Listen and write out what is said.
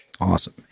Awesome